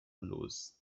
blues